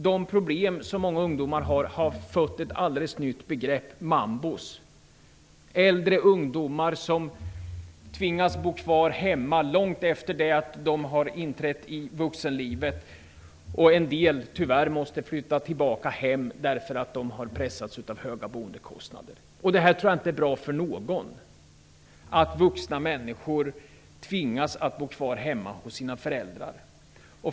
De problem som många ungdomar har är ett alldeles nytt begrepp, mambor, äldre ungdomar som tvingas bo kvar hemma långt efter det att de har inträtt i vuxenlivet. En del måste tyvärr flytta tillbaka hem därför att de pressas av de höga boendekostnaderna. Det tror jag inte är bra för någon att vuxna människor tvingas att bo kvar hemma hos sina föräldrar.